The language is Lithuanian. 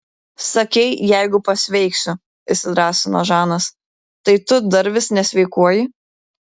sakei jeigu pasveiksiu įsidrąsino žanas tai tu vis dar nesveikuoji